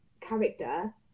character